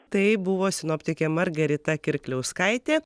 tai buvo sinoptikė margarita kirkliauskaitė